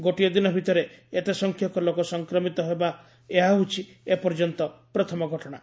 ଗୋଟିଏ ଦିନ ଭିତରେ ଏତେ ସଂଖ୍ୟକ ଲୋକ ସଂକ୍ରମିତ ହେବା ଏହା ହେଉଛି ଏପର୍ଯ୍ୟନ୍ତ ପ୍ରଥମ ଘଟଣା